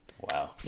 Wow